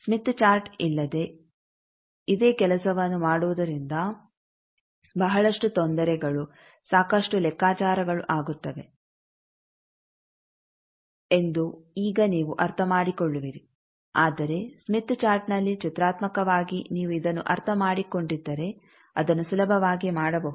Smith chart ಇಲ್ಲದೆ ಇದೇ ಕೆಲಸವನ್ನು ಮಾಡುವುದರಿಂದ ಬಹಳಷ್ಟು ತೊಂದರೆಗಳು ಸಾಕಷ್ಟು ಲೆಕ್ಕಾಚಾರಗಳು ಆಗುತ್ತವೆ ಎಂದು ಈಗ ನೀವು ಅರ್ಥಮಾಡಿಕೊಳ್ಳುವಿರಿ ಆದರೆ ಸ್ಮಿತ್ ಚಾರ್ಟ್ನಲ್ಲಿ ಚಿತ್ರಾತ್ಮಕವಾಗಿ ನೀವು ಇದನ್ನು ಅರ್ಥಮಾಡಿಕೊಂಡಿದ್ದರೆ ಅದನ್ನು ಸುಲಭವಾಗಿ ಮಾಡಬಹುದು